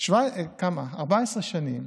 14 שנים,